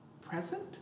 present